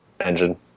engine